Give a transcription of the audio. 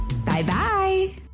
Bye-bye